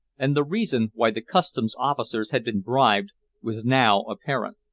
and the reason why the customs officers had been bribed was now apparent.